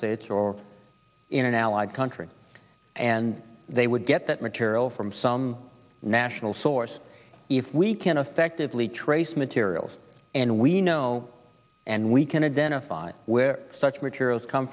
states or in an allied country and they would get that material from some national source if we can effectively trace materials and we know and we can identify where such materials come